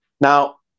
Now